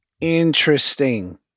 interesting